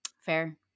Fair